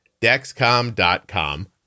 Dexcom.com